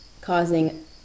causing